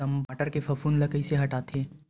टमाटर के फफूंद ल कइसे हटाथे?